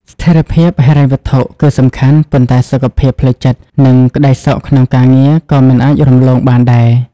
ស្ថិរភាពហិរញ្ញវត្ថុគឺសំខាន់ ប៉ុន្តែសុខភាពផ្លូវចិត្ត និងក្តីសុខក្នុងការងារក៏មិនអាចរំលងបានដែរ។